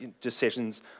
Decisions